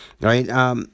Right